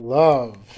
love